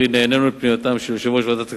נענינו לפנייתם של יושב-ראש ועדת הכספים,